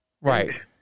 Right